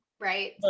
right